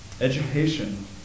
Education